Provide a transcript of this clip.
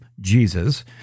Jesus